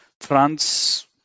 France